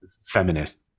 feminist